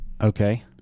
Okay